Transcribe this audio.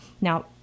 Now